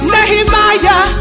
Nehemiah